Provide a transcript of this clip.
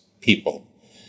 people